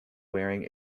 wearing